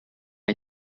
ont